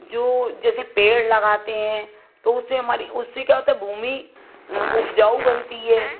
जो जैसे पेड़ लगाते हैं तो उससे हमारी उससे क्या होता है भूमि उपजाऊ बनती है